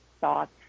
thoughts